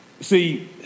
see